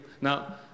Now